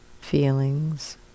feelings